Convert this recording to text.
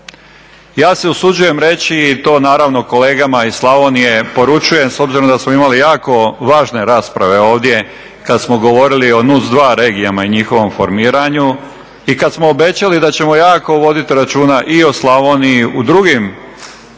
Ja se usuđujem reći i to naravno kolegama iz Slavonije poručujem s obzirom da smo imali jako važne rasprave ovdje kad smo govorili o NUC2 regijama i njihovom formiranju i kad smo obećali da ćemo jako voditi računa i o Slavoniji u drugim segmentima